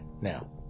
Now